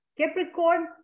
Capricorn